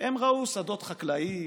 הם ראו שדות חקלאיים,